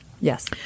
Yes